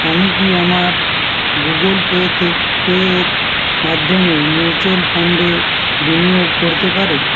আমি কি আমার গুগুল পে থেক পে এর মাধ্যমে মিউচুয়াল ফান্ডে বিনিয়োগ করতে পারি